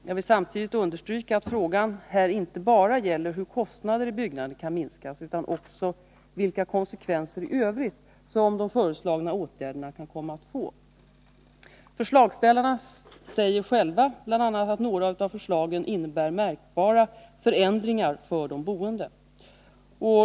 Jag vill samtidigt understryka att frågan här inte bara gäller hur kostnaderna i byggandet kan minskas, utan också vilka konsekvenser i övrigt som de föreslagna ärderna kan komm; förslagen innebär märkbara förändringar för den boende.